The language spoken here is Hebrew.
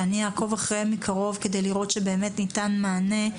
שאני אעקוב אחריהן מקרוב כדי לראות שבאמת ניתן מענה,